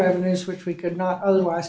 revenues which we could not otherwise